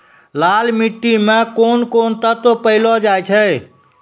लाल मिट्टी मे कोंन कोंन तत्व पैलो जाय छै?